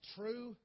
true